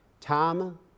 Tom